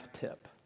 tip